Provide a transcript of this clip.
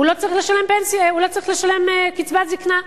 הוא לא צריך לשלם קצבת זיקנה,